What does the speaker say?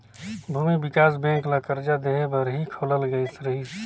भूमि बिकास बेंक ल करजा देहे बर ही खोलल गये रहीस